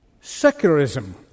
Secularism